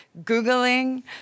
Googling